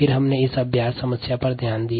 फिर हमने अभ्यास समस्या पर ध्यान दिया